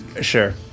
sure